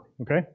okay